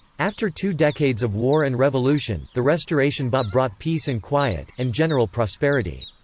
after two decades of war and revolution, the restoration bought brought peace and quiet, and general prosperity.